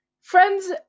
friends